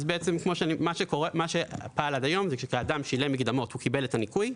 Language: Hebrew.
מה שפעל עד היום זה שכשאדם שילם מקדמות הוא קיבל את הניכוי.